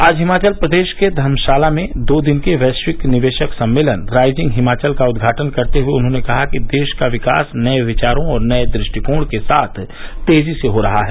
आज हिमाचल प्रदेश के धर्मशाला में दो दिन के वैश्विक निवेशक सम्मेलन राइजिंग हिमाचल का उद्घाटन करते हुए उन्होंने कहा कि देश का विकास नये विचारों और नये दृष्टिकोण के साथ तेजी से हो रहा है